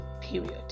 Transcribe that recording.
period